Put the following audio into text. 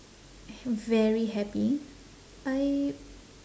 h~ very happy I